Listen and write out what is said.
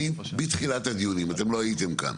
אני, מתחילת הדיונים, אתם לא הייתם כאן,